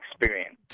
experience